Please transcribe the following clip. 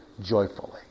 joyfully